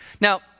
Now